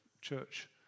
church